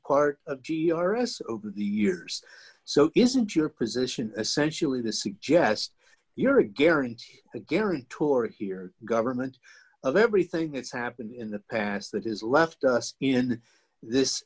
part of g r s over the years so isn't your position essentially the suggest you're a guarantee a guarantor here government of everything that's happened in the past that is left us in this